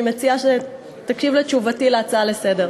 אני מציעה שתקשיב לתשובתי על ההצעה לסדר-היום.